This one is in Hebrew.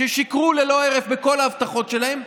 ששיקרו ללא הרף בכל ההבטחות שלהם,